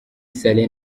saleh